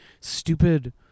stupid